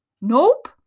Nope